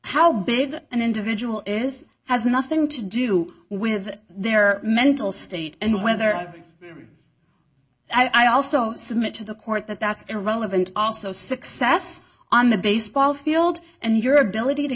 big an individual is has nothing to do with their mental state and whether i also submit to the court that that's irrelevant also success on the baseball field and your ability to